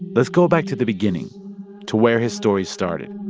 let's go back to the beginning to where his story started